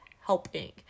helping